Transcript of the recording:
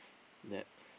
that